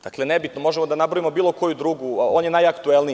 Dakle, nebitno, možemo da nabrojimo bilo koju drugu, on je najaktuelniji.